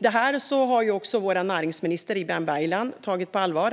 Detta har vår näringsminister Ibrahim Baylan tagit på allvar.